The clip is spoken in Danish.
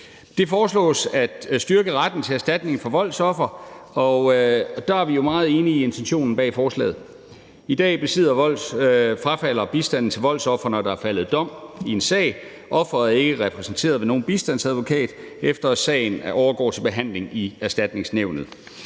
Det foreslås at styrke retten til erstatning for voldsofre, og der er vi jo meget enige i intentionen bag forslaget. I dag frafalder bistanden til voldsofre, når der er faldet dom i en sag. Offeret er ikke repræsenteret ved nogen bistandsadvokat, efter at sagen overgår til behandling i Erstatningsnævnet.